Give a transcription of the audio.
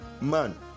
man